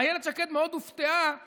אילת שקד מאוד הופתעה לשמוע,